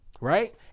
right